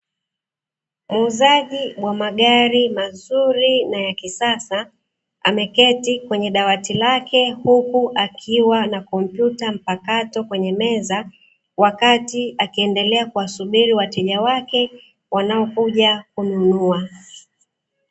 Muuzaji wa magari mazuri na ya kisasa ameketi kwenye dawati lake huku akiwa na kompyuta mpakato kwenye meza wakati akiendelea kuwasubiri wateja wanaokuja kununua.